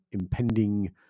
impending